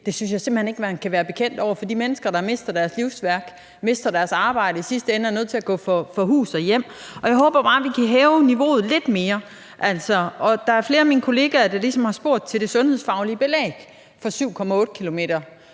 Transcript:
jeg simpelt hen ikke man kan være bekendt over for de mennesker, der mister deres livsværk, mister deres arbejde og i sidste ende er nødt til at gå fra hus og hjem. Jeg håber bare, at vi kan hæve niveauet lidt mere. Der er flere af mine kollegaer, der har spurgt til det sundhedsfaglige belæg for